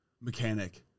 mechanic